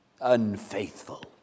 unfaithful